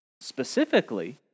specifically